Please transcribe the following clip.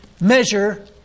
measure